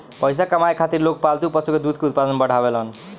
पइसा कमाए खातिर लोग पालतू पशु के दूध के उत्पादन बढ़ावेलन